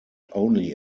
only